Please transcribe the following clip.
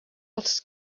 els